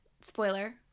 spoiler